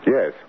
Yes